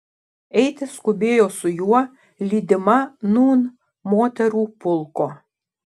eiti skubėjo su juo lydima nūn moterų pulko